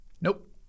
Nope